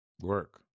Work